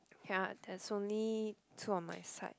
ya there's only two on my side